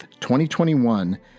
2021